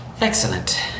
Excellent